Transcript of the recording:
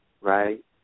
right